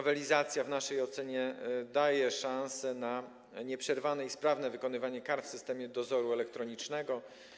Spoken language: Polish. W naszej ocenie nowelizacja daje szanse na nieprzerwane i sprawne wykonywanie kar w systemie dozoru elektronicznego.